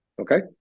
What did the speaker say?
Okay